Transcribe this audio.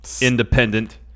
independent